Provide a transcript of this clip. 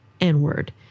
N-word